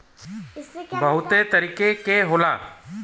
बहुते तरीके के होला